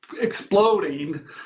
exploding